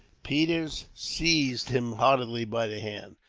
peters seized him heartily by the hand.